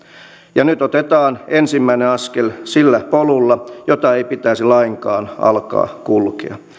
ja nyt otetaan ensimmäinen askel sillä polulla jota ei pitäisi lainkaan alkaa kulkea